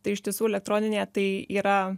tai iš tiesų elektroninė tai yra